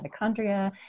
mitochondria